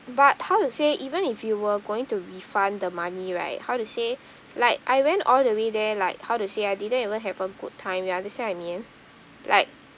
but how to say even if you were going to refund the money right how to say like I went all the way there like how to say I didn't even have a good time you understand what I mean like